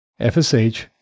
FSH